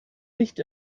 nicht